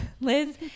liz